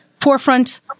forefront